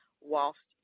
whilst